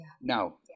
Now